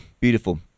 Beautiful